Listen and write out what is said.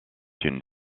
une